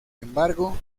embargo